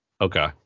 Okay